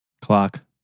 Clock